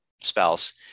spouse